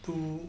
two